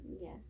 Yes